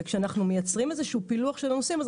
כשאנחנו מייצרים איזשהו פילוח של הנושאים אנחנו